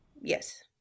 Yes